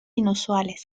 inusuales